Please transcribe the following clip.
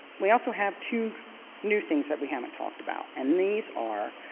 we also have two new things that we haven't talked about. and these are,